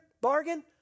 bargain